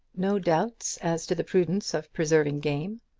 no doubt as to the prudence of preserving game.